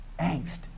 angst